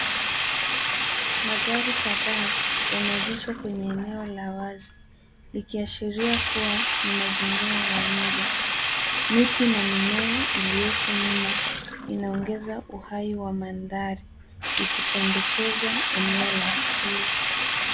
Magari kadhaa yameegeshwa kwenye eneo la wazi ikiashiria kuwa ni mazingira ya nje .Miti na mimea ilioko nyuma inaongeza uhai wa mandhari ikipendekeza eneo la asili.